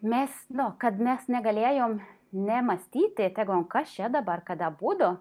mes nu kad mes negalėjom nė mąstyti sakom kas čia dabar kad abudu